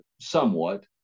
somewhat